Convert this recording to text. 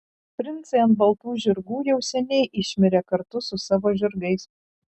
princai ant baltų žirgų jau seniai išmirė kartu su savo žirgais